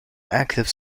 active